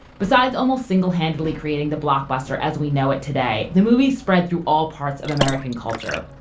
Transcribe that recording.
besides almost single-handedly creating the blockbuster as we know it today, the movie spread through all parts of american culture.